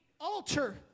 altar